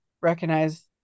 recognize